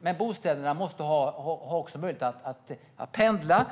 det måste vara möjligt att kunna pendla.